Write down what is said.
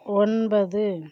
ஒன்பது